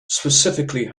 specifically